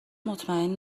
مطمئن